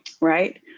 right